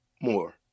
more